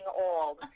old